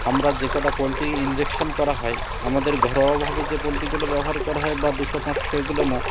আমরা যেকটা poultry injection করা হয় আমাদের ঘরোয়াভাবে যে পোলট্রিগুলো ব্যবহার করা হয় বা দুশো পাঁচশো এগুলো না